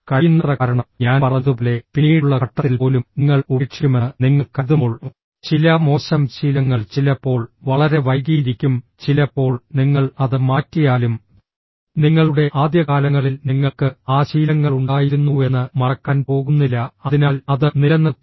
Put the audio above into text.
കഴിയുന്നത്ര കാരണം ഞാൻ പറഞ്ഞതുപോലെ പിന്നീടുള്ള ഘട്ടത്തിൽ പോലും നിങ്ങൾ ഉപേക്ഷിക്കുമെന്ന് നിങ്ങൾ കരുതുമ്പോൾ ചില മോശം ശീലങ്ങൾ ചിലപ്പോൾ വളരെ വൈകിയിരിക്കും ചിലപ്പോൾ നിങ്ങൾ അത് മാറ്റിയാലും നിങ്ങളുടെ ആദ്യകാലങ്ങളിൽ നിങ്ങൾക്ക് ആ ശീലങ്ങളുണ്ടായിരുന്നുവെന്ന് മറക്കാൻ പോകുന്നില്ല അതിനാൽ അത് നിലനിർത്തുക